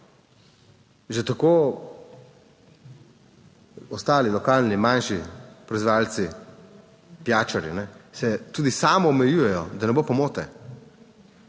Že tako ostali lokalni manjši proizvajalci, pijačarji, se tudi samoomejujejo, da ne bo pomote,